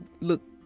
look